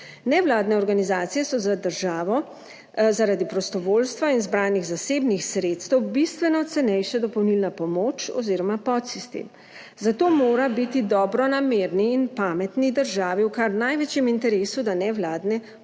Nevladne organizacije so za državo zaradi prostovoljstva in zbranih zasebnih sredstev bistveno cenejša dopolnilna pomoč oz. podsistem, zato mora biti dobronamerni in pametni državi v kar največjem interesu, da nevladne